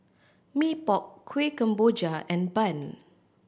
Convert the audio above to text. Mee Pok Kuih Kemboja and bun